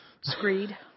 Screed